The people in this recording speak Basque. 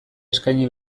eskaini